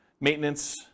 maintenance